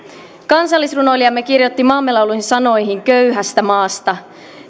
kansallisrunoilijamme kirjoitti maamme laulun sanoihin köyhästä maasta